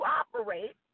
operate